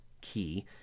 key